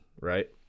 right